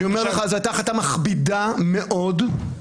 אני אומר לך: זאת הייתה החלטה מכבידה מאוד מאוד,